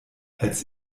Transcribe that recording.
als